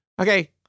okay